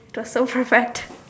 it was so perfect